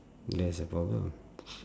that's the problem